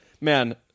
Man